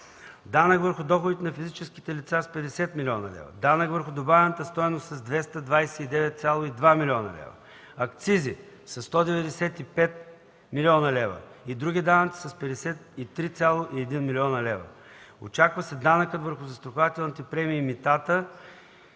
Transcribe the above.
данък върху доходите на физическите лица с 50,0 млн. лв.; данък върху добавената стойност с 229,2 млн. лв.; акцизи с 195,0 млн. лв. и други данъци с 53,1 млн. лв. Очаква се данъкът върху застрахователните премии и митата